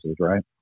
right